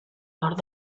nord